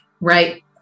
Right